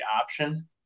option